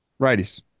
Righties